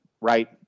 right